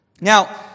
Now